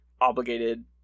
obligated